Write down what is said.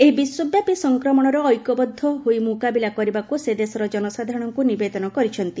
ଏହି ବିଶ୍ୱବ୍ୟାପୀ ସଂକ୍ରମଣର ଐକ୍ୟବଦ୍ଧ ହୋଇ ମୁକାବିଲା କରିବାକୁ ସେ ଦେଶର ଜନସାଧାରଣଙ୍କୁ ନିବେଦନ କରିଛନ୍ତି